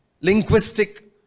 linguistic